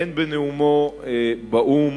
הן בנאומו באו"ם